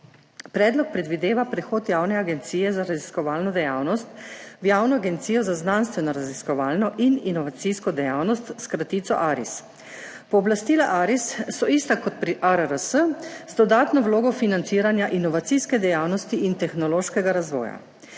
Predlog predvideva prehod Javne agencije za raziskovalno dejavnost v Javno agencijo za znanstvenoraziskovalno in inovacijsko dejavnost s kratico ARIS. Pooblastila ARIS so ista kot pri ARRS, z dodatno vlogo financiranja inovacijske dejavnosti in tehnološkega razvoja.